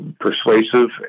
persuasive